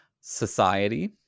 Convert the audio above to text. Society